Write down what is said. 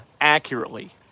accurately